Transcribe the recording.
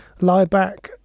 Lieback